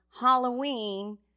Halloween